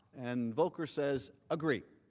and volker says agree.